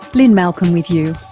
lynne malcolm with you,